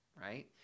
right